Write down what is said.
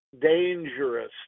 dangerous